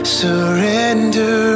surrender